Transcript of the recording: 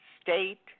state